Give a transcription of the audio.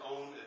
Own